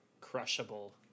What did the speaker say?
crushable